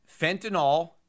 fentanyl